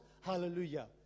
Hallelujah